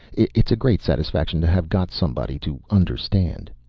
it's a great satisfaction to have got somebody to understand.